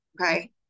Okay